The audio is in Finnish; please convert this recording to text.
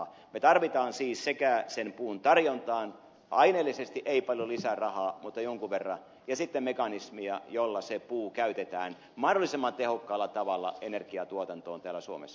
me tarvitsemme siis sen puun tarjontaan sekä lisärahaa aineellisesti ei paljon mutta jonkun verran että sitten mekanismia jolla se puu käytetään mahdollisimman tehokkaalla tavalla energiatuotantoon täällä suomessa